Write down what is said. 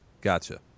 Gotcha